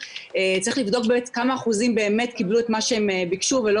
צריך לבדוק כמה אחוזים באמת קיבלו את מה שהם ביקשו ולא